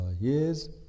years